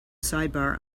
sidebar